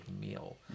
meal